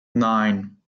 nine